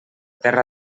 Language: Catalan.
terra